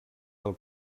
del